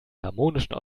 harmonischen